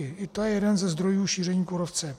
I to je jeden ze zdrojů šíření kůrovce.